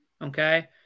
Okay